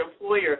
employer